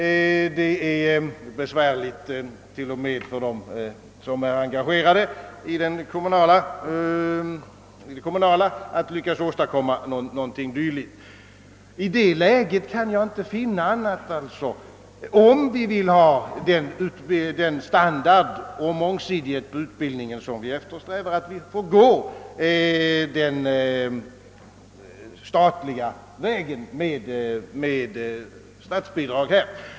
Det är besvärligt t.o.m. för dem som är engagerade i det kommunala att lyckas åstadkomma något dylikt. I det läget kan jag inte finna annat, än att vi, om vi vill ha den standard och den mångsidighet i utbildningen som vi eftersträvar, får gå den statliga vägen med statsbidrag här.